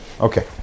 Okay